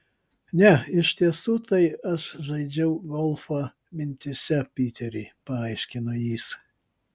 ne iš tiesų tai aš žaidžiau golfą mintyse piteri paaiškino jis